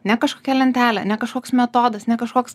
ne kažkokia lentelė ne kažkoks metodas ne kažkoks